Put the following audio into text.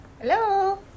Hello